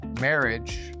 marriage